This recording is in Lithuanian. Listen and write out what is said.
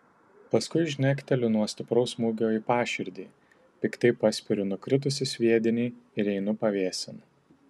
paskui žnekteliu nuo stipraus smūgio į paširdį piktai paspiriu nukritusį sviedinį ir einu pavėsin